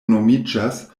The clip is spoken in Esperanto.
nomiĝas